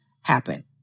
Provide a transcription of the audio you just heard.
happen